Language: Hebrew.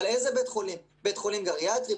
אבל איזה בית חולים בית חולים גריאטרי,